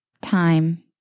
time